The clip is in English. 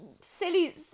silly